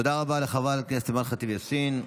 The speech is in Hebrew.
תודה רבה לחברת הכנסת אימאן ח'טיב יאסין.